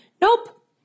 Nope